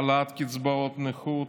העלאת קצבאות נכות,